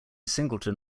singleton